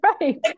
right